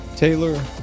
Taylor